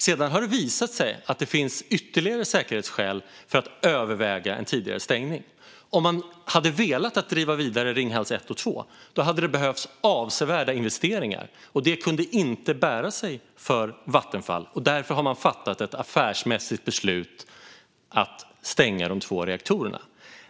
Sedan har det visat sig att det finns ytterligare säkerhetsskäl för att överväga en tidigare stängning. Om man hade velat driva vidare Ringhals 1 och 2 hade det behövts avsevärda investeringar, och det kunde inte bära sig för Vattenfall. Därför har man fattat ett affärsmässigt beslut att stänga de två reaktorerna.